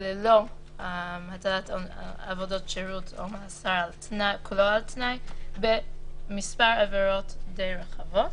וללא הטלת עבודות שירות ומאסר על תנאי במספר עבירות די רחבות.